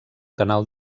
canal